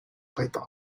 python